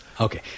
Okay